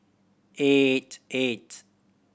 eight eight